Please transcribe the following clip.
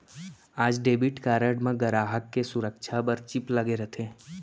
आज debit card म गराहक के सुरक्छा बर चिप लगे रथे